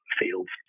fields